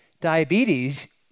diabetes